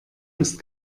ist